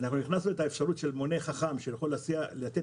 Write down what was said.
הכנסנו את האפשרות של מונה חכם שיכול לתת